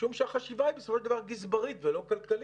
משום שהחשיבה היא בסופו של דבר גזברית ולא כלכלית.